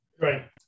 Right